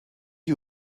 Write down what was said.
you